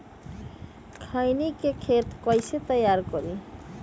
खैनी के खेत कइसे तैयार करिए?